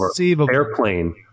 Airplane